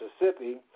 Mississippi